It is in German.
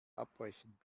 abbrechen